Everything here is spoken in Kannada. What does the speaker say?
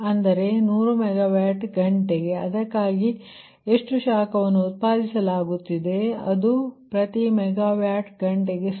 ಅಂದರೆ 100 ಮೆಗಾವ್ಯಾಟ್ ಗಂಟೆ ಅದಕ್ಕಾಗಿ ಎಷ್ಟು ಶಾಖವನ್ನು ಉತ್ಪಾದಿಸಲಾಗುತ್ತದೆ ಅದು ಪ್ರತಿ ಮೆಗಾ ವ್ಯಾಟ್ ಗಂಟೆಗೆ 0